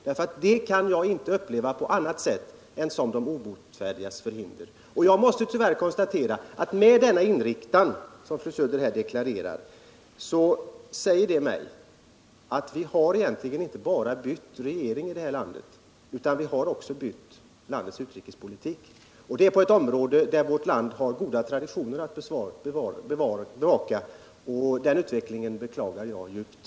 Det argumentet kan jag inte uppleva på något annat sätt än som den obotfärdiges förhinder. Den inriktning som fru Söder deklarerar säger mig att vi egentligen inte bara har bytt regering i det här landet utan att vi också har bytt utrikespolitik och det på ett område där vårt land har goda traditioner att bevaka. Den utvecklingen beklagar jag djupt.